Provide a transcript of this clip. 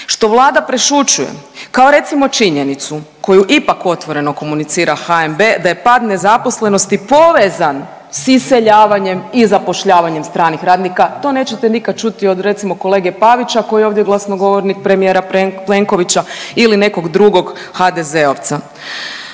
što Vlada prešućuje, kao recimo činjenicu koju ipak otvoreno komunicira HNB da je pad nezaposlenosti povezan s iseljavanjem i zapošljavanjem stranih radnika, to nećete nikad čuti od recimo kolege Pavića koji je ovdje glasnogovornik premijera Plenkovića ili nekog drugog HDZ-ovca.